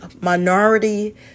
minority